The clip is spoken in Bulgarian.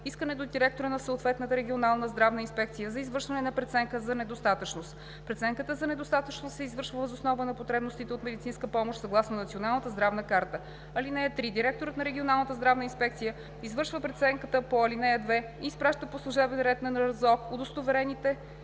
искане до директора на съответната регионална здравна инспекция за извършване на преценка за недостатъчност. Преценката за недостатъчност се извършва въз основа на потребностите от медицинска помощ съгласно Националната здравна карта. (3) Директорът на регионалната здравна инспекция извършва преценката по ал. 2 и изпраща по служебен ред на РЗОК удостоверение